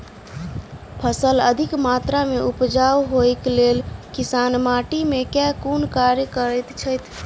फसल अधिक मात्रा मे उपजाउ होइक लेल किसान माटि मे केँ कुन कार्य करैत छैथ?